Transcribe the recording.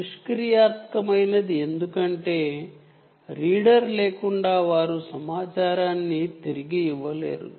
passive ఎందుకంటే reader లేకుండా అవి సమాచారాన్ని తిరిగి ఇవ్వలేదు